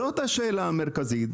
זו השאלה המרכזית.